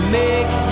make